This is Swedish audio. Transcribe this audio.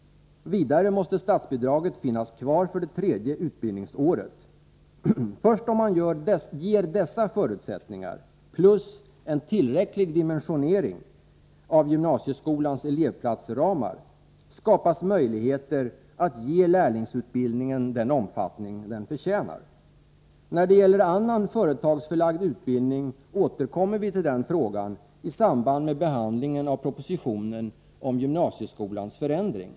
Vidare måste statsbidraget finnas kvar för det tredje utbildningsåret. Först med dessa förutsättningar, plus en tillräcklig dimensionering av gymnasieskolans elevplatsramar, skapas möjligheter att ge lärlingsutbildningen den omfattning den förtjänar. När det gäller annan företagsförlagd utbildning återkommer vi till den frågan i samband med behandlingen av propositionen om gymnasieskolans förändring.